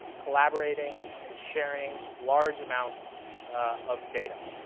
collaborating, and sharing large amounts of data.